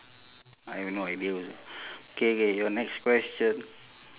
I have no idea K K your next question